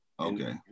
Okay